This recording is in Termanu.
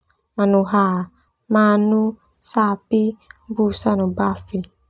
Manu ha, manu, sapi, busa, no bafi.